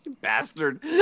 bastard